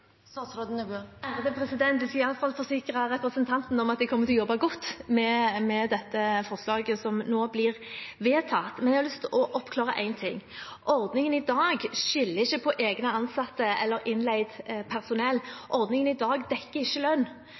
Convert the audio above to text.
Jeg skal i alle fall forsikre representanten om at jeg kommer til å jobbe godt med dette forslaget som nå blir vedtatt. Men jeg har lyst til å oppklare én ting: Ordningen i dag skiller ikke mellom egne ansatte eller innleid personell. Ordningen i dag dekker ikke lønn,